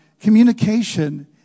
communication